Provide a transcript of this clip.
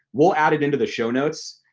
we'll add it into the show notes.